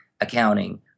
accounting